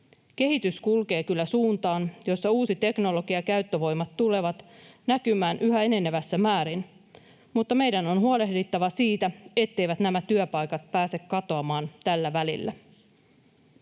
Kehitys kulkee kyllä suuntaan, jossa uusi teknologia ja käyttövoimat tulevat näkymään yhä enenevässä määrin, mutta meidän on huolehdittava siitä, etteivät nämä työpaikat pääse katoamaan tällä välillä.